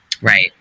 Right